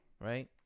right